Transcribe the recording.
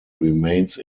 remains